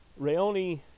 Rayoni